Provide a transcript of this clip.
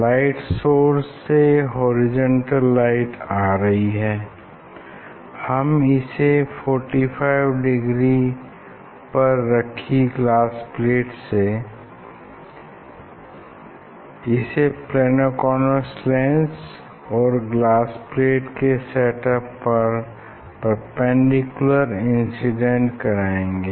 light source से horizontal light आ रही है हम इसे 45 डिग्री पर रखी ग्लास प्लेट से इसे प्लेनो कॉन्वेक्स लेंस और ग्लास प्लेट के सेट अप पर परपेंडिकुलर इंसिडेंट कराएंगे